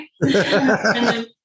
right